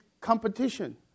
competition